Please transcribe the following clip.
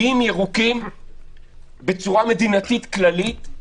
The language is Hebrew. על ירוקים בצורה מדינתית כללית.